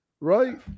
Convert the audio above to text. right